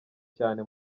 cyane